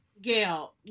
Gail